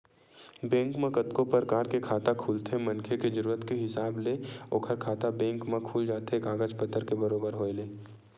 bank म कतको परकार के खाता खुलथे मनखे के जरुरत के हिसाब ले ओखर खाता बेंक म खुल जाथे कागज पतर के बरोबर होय ले